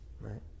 Right